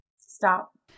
stop